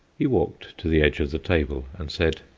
he walked to the edge of the table, and said,